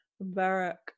Barak